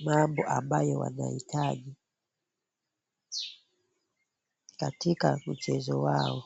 mambo ambayo anahitaji, katika mchezo wao,